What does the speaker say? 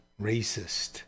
racist